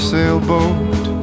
sailboat